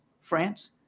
France